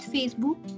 Facebook